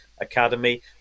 Academy